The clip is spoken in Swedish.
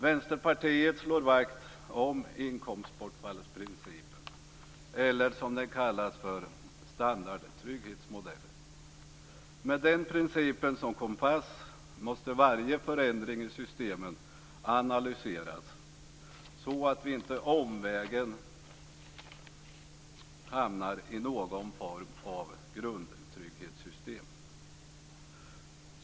Vänsterpartiet slår vakt om inkomstbortfallsprincipen eller, som den kallas, standardtrygghetsmodellen. Med den principen som kompass måste varje förändring i systemen analyseras så att vi inte omvägen hamnar i någon form av grundtrygghetssystem.